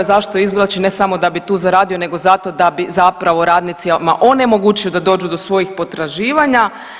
Zašto izvlači ne samo da bi tu zaradio nego zato da bi zapravo radnicima onemogućio da dođu do svojih potraživanja.